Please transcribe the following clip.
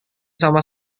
sama